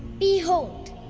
behold!